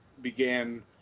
began